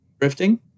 drifting